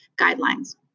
guidelines